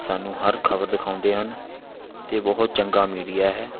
ਸਾਨੂੰ ਹਰ ਖ਼ਬਰ ਦਿਖਾਉਂਦੇ ਹਨ ਅਤੇ ਬਹੁਤ ਚੰਗਾ ਮੀਡੀਆ ਹੈ